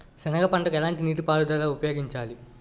సెనగ పంటకు ఎలాంటి నీటిపారుదల ఉపయోగించాలి?